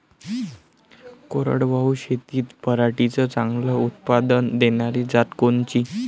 कोरडवाहू शेतीत पराटीचं चांगलं उत्पादन देनारी जात कोनची?